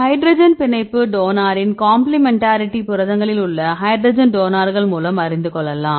hydrogen பிணைப்பு டோனாரின் காம்ப்ளிமென்டாரிட்டியை புரதங்களில் உள்ள ஹைட்ரஜன் டோனார்கள் மூலம் அறிந்து கொள்ளலாம்